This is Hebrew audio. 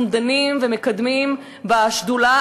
אנחנו דנים ומקדמים בשדולה,